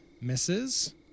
misses